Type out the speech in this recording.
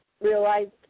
realized